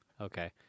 okay